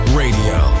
radio